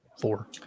four